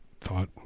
thought